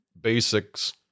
basics